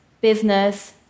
business